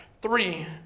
three